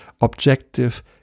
objective